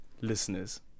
listeners